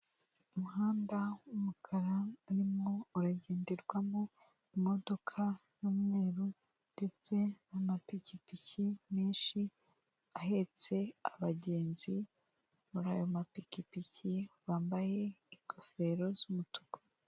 Umuhanda w'umukara urimo uragenderwamo, imodoka y'umweru ndetse amapikipiki menshi, ahetse abagenzi, muri ayo mapikipiki bambaye ingofero z'umutuku.